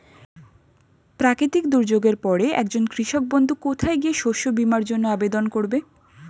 প্রাকৃতিক দুর্যোগের পরে একজন কৃষক বন্ধু কোথায় গিয়ে শস্য বীমার জন্য আবেদন করবে?